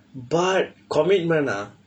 but commitment ah